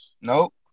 Nope